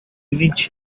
event